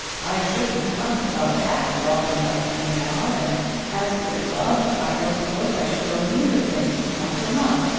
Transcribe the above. i shouldn't hunt above half as often as i do now and as for the club i don't suppose i should go near the place once a month.